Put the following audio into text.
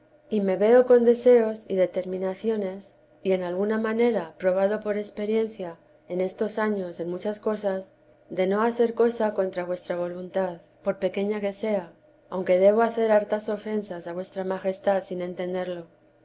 y me veo con deseos y determinaciones y en alguna vida t i a santa madre manera probado por experiencia en estos años en muchas cosas de no hacer cosa contra vuestra voluntad por pequeña que sea aunque debo hacer hartas ofensas a vuestra majestad sin entenderlo